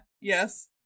Yes